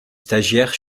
stagiaires